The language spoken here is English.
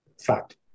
fact